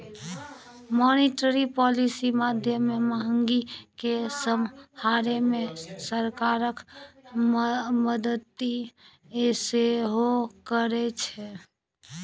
monetary policy माध्यमे महगी केँ समहारै मे सरकारक मदति सेहो करै छै